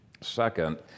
Second